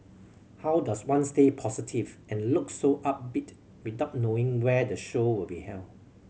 how does one stay positive and look so upbeat without knowing where the show will be held